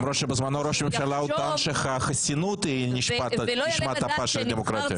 למרות שבזמנו ראש הממשלה טען שהחסינות היא נשמת אפה של הדמוקרטיה.